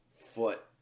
foot